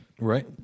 Right